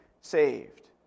saved